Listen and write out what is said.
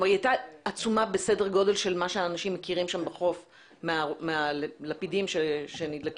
היא הייתה עצומה בסדר גודל של מה שאנשים מכירים מהלפידים שנדלקים.